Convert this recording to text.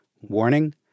Warning